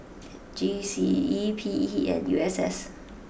G C E P E and U S S